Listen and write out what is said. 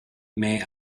may